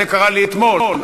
זה קרה לי אתמול.